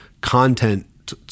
content